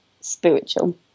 spiritual